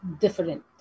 different